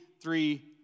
three